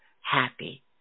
happy